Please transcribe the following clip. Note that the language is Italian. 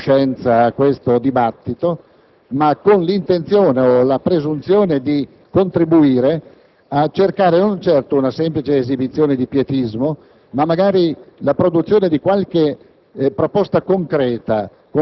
un brandello della mia coscienza a questo dibattito, ma con l'intenzione o la presunzione di contribuire a cercare, non certo una semplice esibizione di pietismo, ma magari la produzione di qualche